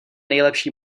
nejlepší